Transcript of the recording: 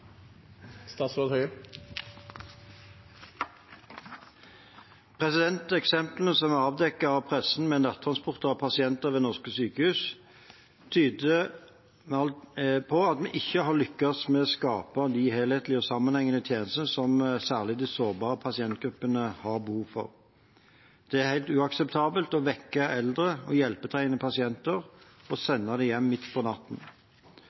avdekket av pressen med nattransport av pasienter ved norske sykehus, tyder på at vi ikke har lykkes med å skape de helhetlige og sammenhengende tjenestene som særlig de sårbare pasientgruppene har behov for. Det er helt uakseptabelt å vekke eldre og hjelpetrengende pasienter og sende dem hjem midt på natten.